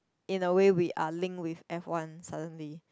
in a way we are link with F one suddenly